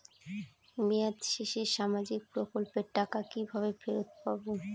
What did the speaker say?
মেয়াদ শেষে সামাজিক প্রকল্পের টাকা কিভাবে ফেরত পাবো?